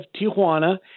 Tijuana